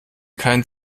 kein